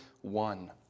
one